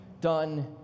done